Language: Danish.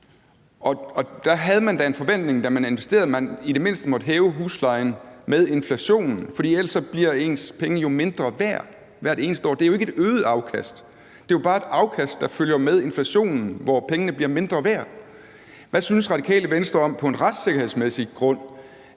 Og der havde man da en forventning om, da man investerede, at man i det mindste måtte hæve huslejen med det samme som inflationen, for ellers bliver ens penge er jo mindre værd hvert eneste år. Det er jo ikke et øget afkast. Det er jo bare et afkast, der følger med inflationen, og hvor pengene bliver mindre værd. Hvad synes Radikale Venstre, set på en retssikkerhedsmæssig baggrund,